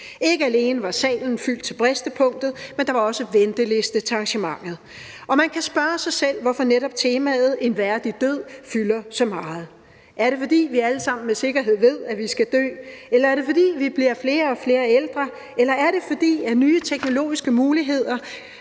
Ikke alene var salen fyldt til bristepunktet, men der var også venteliste til arrangementet. Og man kan spørge sig selv, hvorfor netop temaet en værdig død fylder så meget. Er det, fordi vi alle sammen med sikkerhed ved, at vi skal dø? Er det, fordi vi bliver flere og flere ældre? Eller er det, fordi nye teknologiske muligheder